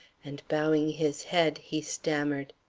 and, bowing his head, he stammered